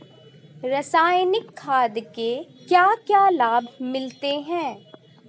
रसायनिक खाद के क्या क्या लाभ मिलते हैं?